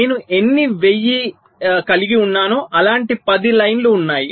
నేను ఎన్ని 1000 కలిగి ఉన్నానో అలాంటి 10 లైన్ లు ఉన్నాయి